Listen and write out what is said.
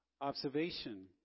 observation